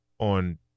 on